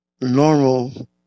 normal